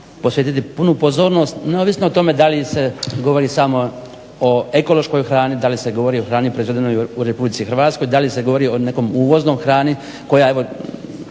posvetiti punu pozornost neovisno o tome da li se govori samo o ekološkoj hrani, da li se govori o hrani proizvedenoj u RH, da li se govori o nekoj uvoznoj hrani koja evo